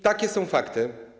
Takie są fakty.